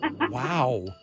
Wow